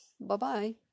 Bye-bye